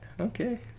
okay